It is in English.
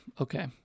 Okay